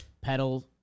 pedal